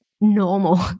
normal